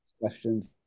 questions